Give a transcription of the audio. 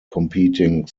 competing